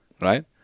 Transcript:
right